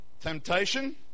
Temptation